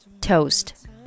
toast